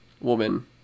woman